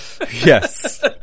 Yes